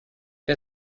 der